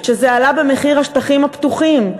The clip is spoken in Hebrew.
שזה עלה במחיר השטחים הפתוחים.